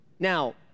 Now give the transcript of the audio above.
Now